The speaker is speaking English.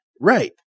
right